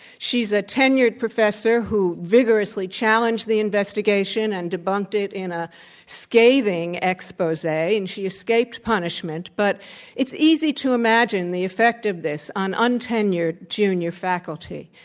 she's a tenured professor who vigorously challenged the investigation and debunked it in a scathing expose. and she escaped punishment. but it's easy to imagine the effect of this on untenured junior faculty.